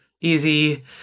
easy